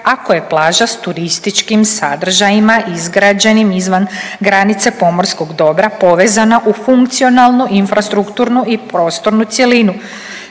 ako je plaža s turističkim sadržajima izgrađenim izvan granice pomorskog dobra povezana u funkcionalnu, infrastrukturnu i prostornu cjelinu,